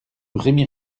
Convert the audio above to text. rémy